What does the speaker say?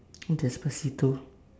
despacito